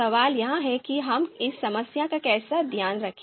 सवाल यह है कि हम इस समस्या का कैसे ध्यान रखें